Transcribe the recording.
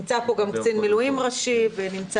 נמצא פה גם קצין מילואים ראשי ואבי